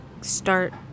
start